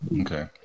okay